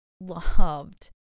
loved